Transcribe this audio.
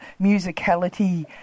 musicality